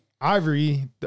Ivory